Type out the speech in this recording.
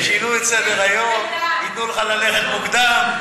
שינו את סדר-היום, ייתנו לך ללכת מוקדם.